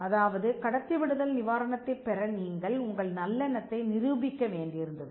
அதாவது கடத்தி விடுதல் நிவாரணத்தைப் பெற நீங்கள் உங்கள் நல்லெண்ணத்தை நிரூபிக்க வேண்டியிருந்தது